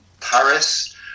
Paris